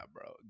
bro